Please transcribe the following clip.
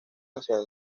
hacia